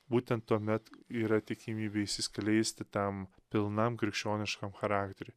būtent tuomet yra tikimybė išsiskleisti tam pilnam krikščioniškam charakteriui